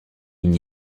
n’y